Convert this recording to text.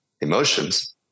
emotions